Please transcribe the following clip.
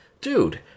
Dude